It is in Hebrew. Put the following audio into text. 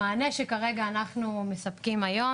המענה שכרגע אנחנו מספקים היום,